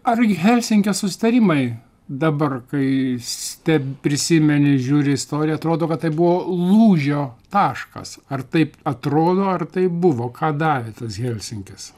ar helsinkio susitarimai dabar kai ste prisimeni žiūri į istoriją atrodo kad tai buvo lūžio taškas ar taip atrodo ar taip buvo ką davė tas helsinkis